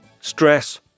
Stress